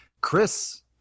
Chris